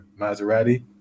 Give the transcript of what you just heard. Maserati